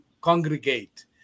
congregate